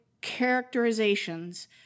characterizations